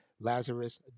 Lazarus